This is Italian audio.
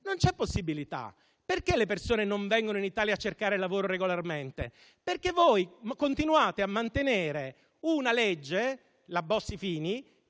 Non c'è possibilità. Perché le persone non vengono in Italia a cercare lavoro regolarmente? Perché voi continuate a mantenere una legge - la Bossi-Fini